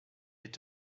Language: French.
est